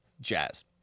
jazz